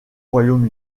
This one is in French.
royaume